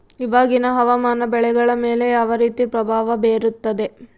ಇವಾಗಿನ ಹವಾಮಾನ ಬೆಳೆಗಳ ಮೇಲೆ ಯಾವ ರೇತಿ ಪ್ರಭಾವ ಬೇರುತ್ತದೆ?